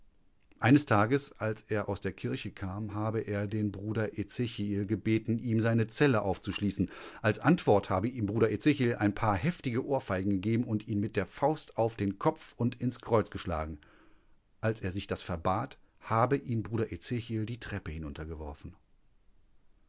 eines tages als er aus der kirche kam habe er den bruder ezechiel gebeten ihm seine zelle aufzuschließen als antwort habe ihm bruder ezechiel ein paar heftige ohrfeigen gegeben und ihn mit der faust auf den kopf und ins kreuz geschlagen als er sich das verbat habe ihn bruder ezechiel die treppe